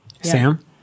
Sam